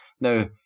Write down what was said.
Now